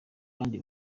bandi